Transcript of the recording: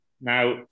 Now